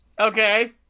Okay